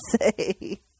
say